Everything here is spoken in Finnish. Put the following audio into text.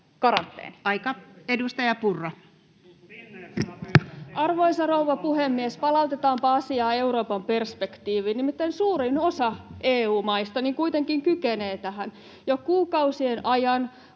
Content: Arvoisa rouva puhemies! Palautetaanpa asia Euroopan perspektiiviin. Nimittäin suurin osa EU-maista kuitenkin kykenee tähän. Jo kuukausien ajan